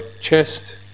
chest